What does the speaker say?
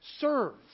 Serve